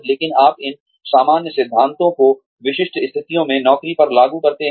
लेकिन आप इन सामान्य सिद्धांतों को विशिष्ट स्थितियों में नौकरी पर लागू करते हैं